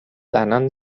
زنان